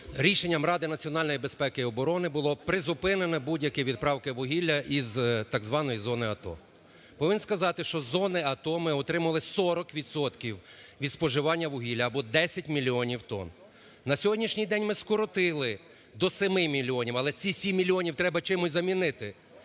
рішенням Ради національної безпеки і оборони була призупинена будь-яка відправка вугілля із так званої зони АТО. Повинен сказати, що з зони АТО ми отримали 40 відсотків від споживання вугілля або 10 мільйонів тонн. На сьогоднішній день ми скоротили до 7 мільйонів, але ці 7 мільйонів треба чимось замінити.